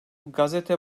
gazete